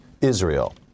israel